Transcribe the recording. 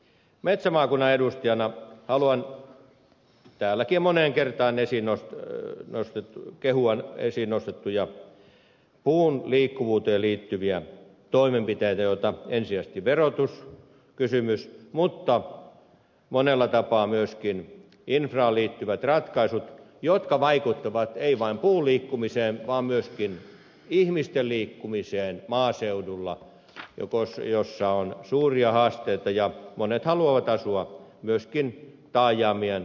metsämaakunnan edustajana haluan kehua täälläkin moneen kertaan esiin nostettuja puun liikkuvuuteen liittyviä toimenpiteitä joita ovat ensisijaisesti verotuskysymys mutta monella tapaa myöskin infraan liittyvät ratkaisut jotka vaikuttavat ei vain puun liikkumiseen vaan myöskin ihmisten liikkumiseen maaseudulla jossa on suuria haasteita ja monet haluavat asua myöskin taajamien ulkopuolella